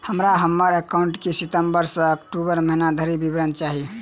हमरा हम्मर एकाउंट केँ सितम्बर सँ अक्टूबर महीना धरि विवरण चाहि?